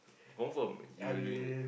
confirm you doing that